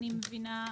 אני מבינה,